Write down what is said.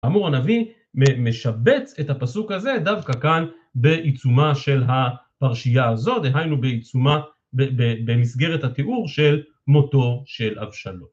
כאמור הנביא משבץ את הפסוק הזה דווקא כאן בעיצומה של הפרשייה הזאת, דהיינו בעיצומה, ב... במסגרת התיאור של מותו של אבשלום.